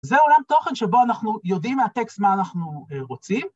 זה עולם תוכן שבו אנחנו יודעים מהטקסט מה אנחנו רוצים.